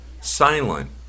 silent